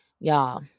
Y'all